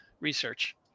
research